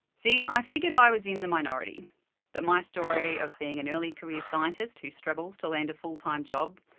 see, i figured i was in the minority that my story of being an early career scientist who struggles to land a full-time job,